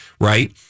right